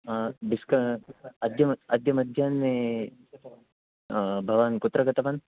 disk अद्य अद्य मद्यान्हे भवान् कुत्र गतवान्